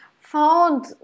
found